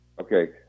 Okay